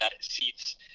seats